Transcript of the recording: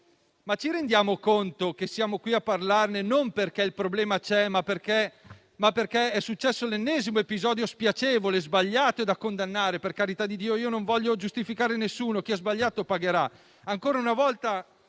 Ma ci rendiamo conto che siamo qui a parlarne non perché il problema c'è, ma perché è successo l'ennesimo episodio spiacevole, sbagliato e da condannare? Per carità di Dio, non voglio giustificare nessuno: chi ha sbagliato pagherà. Ancora una volta,